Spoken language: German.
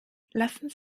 lassen